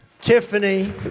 Tiffany